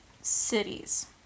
cities